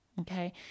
Okay